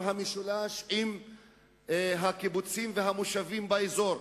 המשולש עם הקיבוצים והמושבים באזור.